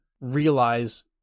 realize